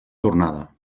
tornada